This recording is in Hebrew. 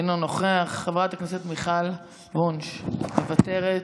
אינו נוכח, חברת הכנסת מיכל וונש, מוותרת,